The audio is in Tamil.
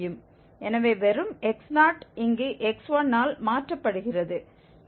எனவே வெறும் x0 இங்கு x1 ஆல் மாற்றப்படுகிறது